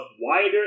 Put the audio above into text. wider